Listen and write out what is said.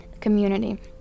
community